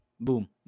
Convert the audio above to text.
Boom